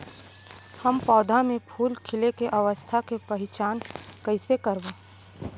हम पौधा मे फूल खिले के अवस्था के पहिचान कईसे करबो